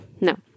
No